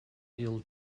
ill